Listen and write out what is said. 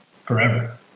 Forever